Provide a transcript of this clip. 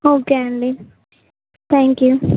okay అండి thank you